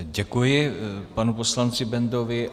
Děkuji panu poslanci Bendovi.